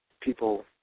people